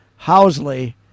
Housley